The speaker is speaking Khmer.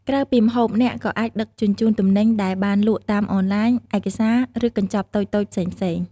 ក្រៅពីម្ហូប អ្នកក៏អាចដឹកជញ្ជូនទំនិញដែលបានលក់តាមអនឡាញ ឯកសារ ឬកញ្ចប់តូចៗផ្សេងៗ។